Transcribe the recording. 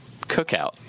cookout